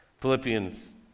Philippians